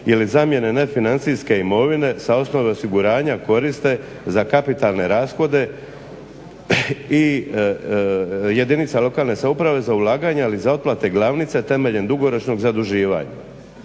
ili zamjene nefinancijske imovine sa osnove osiguranja koriste za kapitalne rashode i jedinica lokalne samouprave za ulaganja ali za otplate glavnice temeljem dugoročnog zaduživanja.